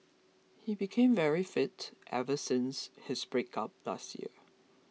he became very fit ever since his breakup last year